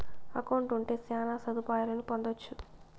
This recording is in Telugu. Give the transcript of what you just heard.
అకౌంట్ ఉంటే శ్యాన సదుపాయాలను పొందొచ్చు